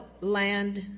land